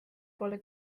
poole